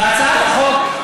בהצעת החוק,